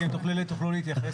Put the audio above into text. רק אם תוכלו להתייחס,